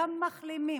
גם מחלימים?